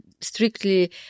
strictly